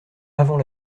avant